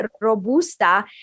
robusta